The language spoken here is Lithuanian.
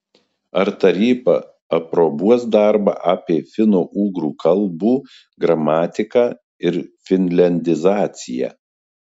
ar taryba aprobuos darbą apie finougrų kalbų gramatiką ir finliandizaciją